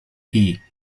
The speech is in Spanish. hee